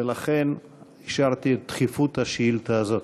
ולכן אישרתי את דחיפות השאילתה הזאת.